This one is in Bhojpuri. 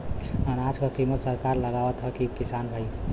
अनाज क कीमत सरकार लगावत हैं कि किसान भाई?